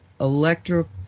electro